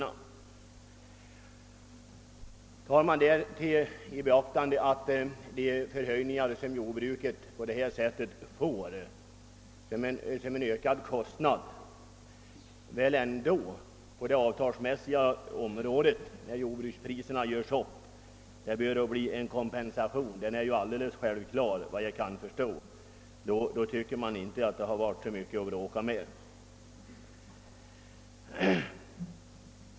Beaktar man därtill att de ökade kostnader som härigenom drabbar jordbruket efter vad jag kan förstå måste slå igenom på det avtalsmässiga området när jordbrukspriserna bestäms, tycker man inte att det är så mycket att bråka om.